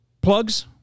Plugs